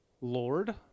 Lord